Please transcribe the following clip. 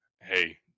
Hey